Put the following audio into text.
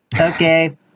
Okay